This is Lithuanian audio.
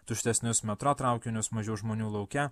tuštesnius metro traukinius mažiau žmonių lauke